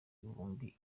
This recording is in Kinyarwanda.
ibihumbi